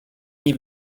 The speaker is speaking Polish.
dni